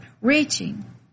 Reaching